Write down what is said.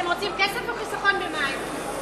אתם רוצים כסף או חיסכון במים?